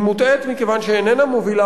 היא מוטעית מכיוון שהיא איננה מובילה